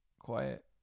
Quiet